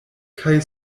kaj